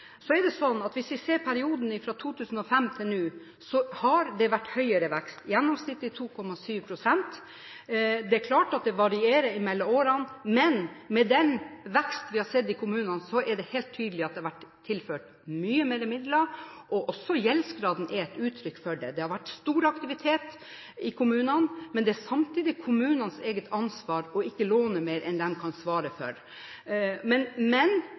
Så er det slik at hvis vi ser perioden fra 2005 og til nå, har det vært høyere vekst – gjennomsnittlig 2,7 pst. Det er klart at det varierer mellom årene, men med den veksten vi har sett i kommunene, er det helt tydelig at det har vært tilført mye mer midler. Gjeldsgraden er også et uttrykk for det. Det har vært stor aktivitet i kommunene, men det er samtidig kommunenes eget ansvar ikke å låne mer enn de kan svare for. Men